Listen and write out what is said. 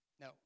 no